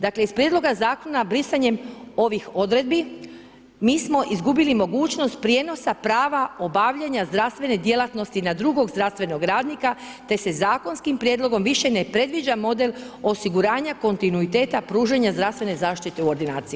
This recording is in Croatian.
Dakle, iz Prijedloga zakona brisanjem ovih odredbi mi smo izgubili mogućnost prijenosa prava obavljanja zdravstvene djelatnosti na drugog zdravstvenog radnika te se zakonskim prijedlogom više ne predviđa model osiguranja kontinuiteta pružanja zdravstvene zaštite u ordinaciji.